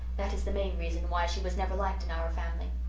that is the main reason why she was never liked in our family.